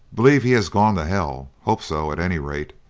believe he has gone to hell hope so, at any rate.